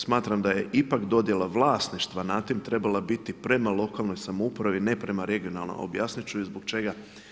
Smatram da je ipak dojela vlasništva nad tim trebala biti prema lokalnoj samoupravi ne prema regionalnoj, objasnit ću i zbog čega.